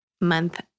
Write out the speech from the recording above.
month